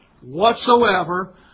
whatsoever